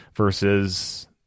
Versus